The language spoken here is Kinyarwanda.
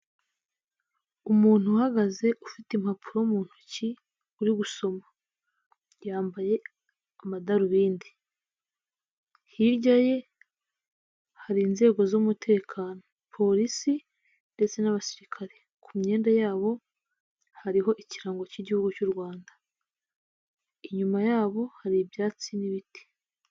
Umuntu uhagaze ufite impapuro mu ntoki uri gusoma. Yambaye amadarubindi, Hirya ye hari inzego z'umutekano, Polisi ndetse n'abasirikare ku myenda yabo hariho ikirango cy'igihugu cy'u Rwanda. Inyuma yabo hari ibyatsi n'ibiti.